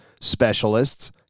specialists